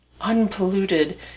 unpolluted